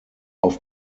auf